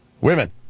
women